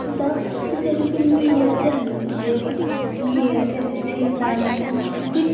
अन्त त्यसरी चाहिँ मिलेर चाहिँ हामीले चाहिँ मिलेर चाहिँ हामीले चाहिँ यहाँ चाड वा सांस्कृतिक